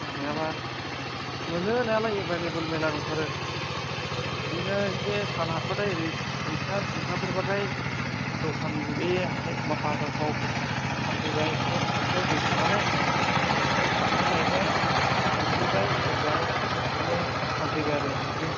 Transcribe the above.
मोनाबा मोनो नायालाय एभैलेबोल मेरला दंथारो बिदिनो इसे सानहाब्बाथाय ओरै दुइथा टिनन्टाफोर बाथाय दखान बे हाथाइ बा बाजारफ्राव फानफैबायबो खाथिआव दै दं नालाय बिदिनो सारना लायबाय गुरहैबाय सोरबा बिदिनो फानफैबाय आरो मोनो